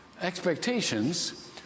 expectations